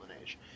age